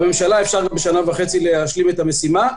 בממשלה אפשר תוך שנה וחצי להשלים את המשימה,